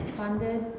funded